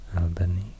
Albany